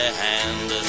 hand